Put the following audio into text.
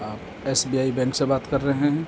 آپ S B I bank سے بات کر رہے ہیں